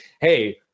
hey